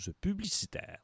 publicitaire